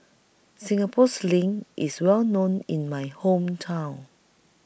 Singapore Sling IS Well known in My Hometown